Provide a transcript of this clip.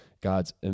God's